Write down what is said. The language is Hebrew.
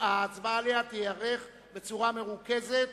ההצבעה עליה תיערך בצורה מרוכזת,